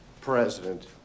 president